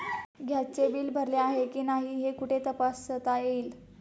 गॅसचे बिल भरले आहे की नाही हे कुठे तपासता येईल?